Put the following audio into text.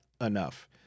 enough